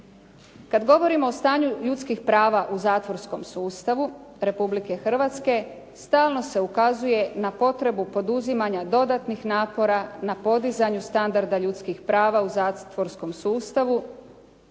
Kad govorimo o stanju ljudskih prava u zatvorskom sustavu Republike Hrvatske stalno se ukazuje na potrebu poduzimanja dodatnih napora na podizanju standarda ljudskih prava u zatvorskom sustavu.